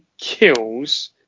kills